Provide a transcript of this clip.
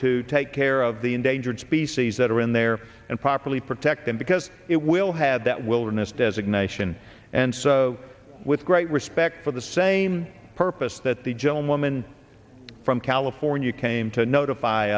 to take care of the endangered species that are in there and properly protect them because it will have that wilderness designation and so with great respect for the same purpose that the gentleman from california came to notify